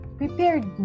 prepared